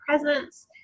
presence